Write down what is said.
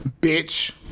bitch